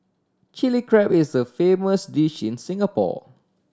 Chilli Crab is a famous dish in Singapore